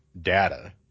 data